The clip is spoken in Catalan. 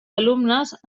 alumnes